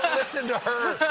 listen to her.